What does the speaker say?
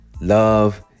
Love